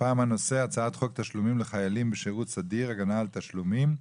הפעם הנושא הצעת חוק תשלומים לחיילים בשירות סדיר (הגנת על תשלומים)